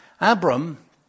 Abram